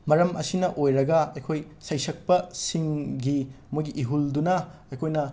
ꯃꯔꯝ ꯑꯁꯤꯅ ꯑꯣꯏꯔꯒ ꯑꯩꯈꯣꯏ ꯁꯩꯁꯛꯄ ꯁꯤꯡꯒꯤ ꯃꯣꯏꯒꯤ ꯏꯍꯨꯜꯗꯨꯅ ꯑꯩꯈꯣꯏꯅ